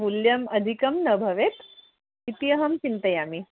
मूल्यम् अधिकं न भवेत् इति अहं चिन्तयामि